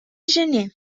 gener